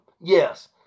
Yes